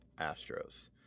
Astros